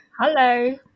Hello